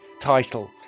title